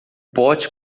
pote